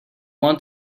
want